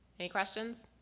any questions?